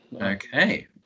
okay